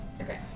Okay